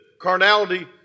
Carnality